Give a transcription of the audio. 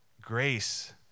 Grace